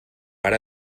ara